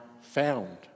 found